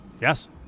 Yes